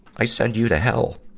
i send you to hell,